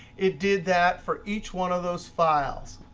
it did that for each one of those files.